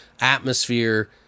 atmosphere